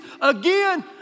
Again